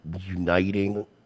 Uniting